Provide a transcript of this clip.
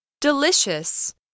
Delicious